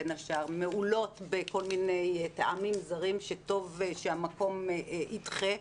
בין השאר מהולות בכל מיני טעמים זרים שטוב שהמקום ידחה,